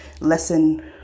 lesson